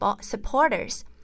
supporters